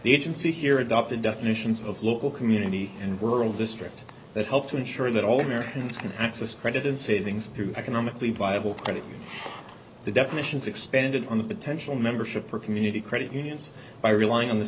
the agency here adopted definitions of local community and world district that help to ensure that all americans can access credit and savings through economically viable credit the definitions expanded on the potential membership for community credit unions by relying on the